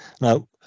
now